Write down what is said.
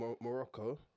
Morocco